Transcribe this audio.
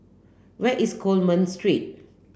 where is Coleman Street